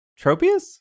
Tropius